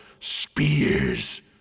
spears